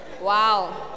Wow